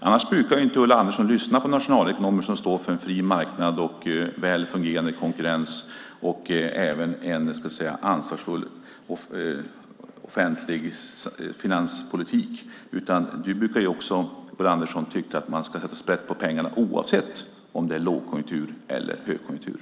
Annars brukar Ulla Andersson inte lyssna på nationalekonomer som står för en fri marknad, väl fungerande konkurrens och en ansvarsfull offentlig finanspolitik. Ulla Andersson brukar tycka att man ska sätta sprätt på pengarna oavsett om det är låg eller högkonjunktur.